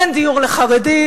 אין דיור לחרדים,